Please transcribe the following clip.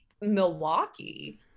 Milwaukee